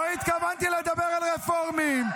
לא התכוונתי לדבר על רפורמים.